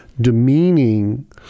demeaning